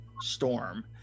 storm